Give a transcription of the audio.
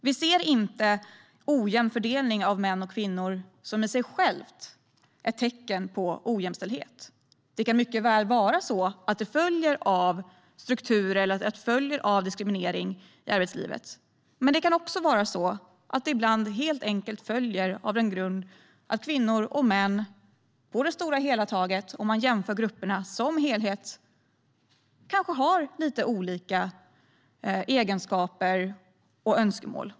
Vi ser inte ojämn fördelning av män och kvinnor som ett tecken i sig på ojämställdhet. Det kan mycket väl vara så att en ojämn fördelning följer av diskriminering i arbetslivet, men det kan också vara så att det helt enkelt ibland följer av att kvinnor och män på det stora hela, om man jämför grupperna, kanske har lite olika egenskaper och önskemål.